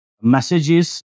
messages